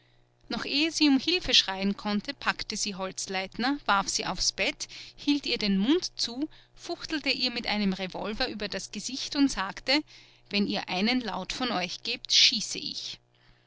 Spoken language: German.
noch ehe sie um hilfe schreien konnte packte sie holzleitner warf sie aufs bett hielt ihr den mund zu fuchtelte ihr mit einem revolver über das gesicht und sagte wenn ihr einen laut von euch gebt schieße ich